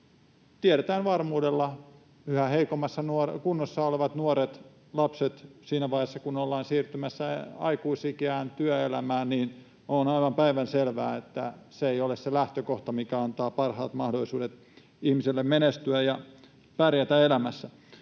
nuoret ja lapset ovat yhä heikommassa kunnossa, niin siinä vaiheessa, kun ollaan siirtymässä aikuisikään, työelämään, on aivan päivänselvää, että se ei ole se lähtökohta, mikä antaa parhaat mahdollisuudet ihmiselle menestyä ja pärjätä elämässä.